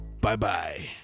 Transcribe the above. Bye-bye